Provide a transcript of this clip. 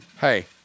Hey